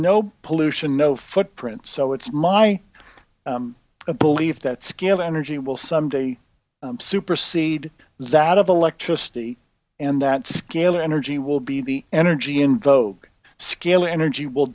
no pollution no footprint so it's my belief that skilled energy will someday supersede that of electricity and that scale energy will be the energy in vogue scale energy will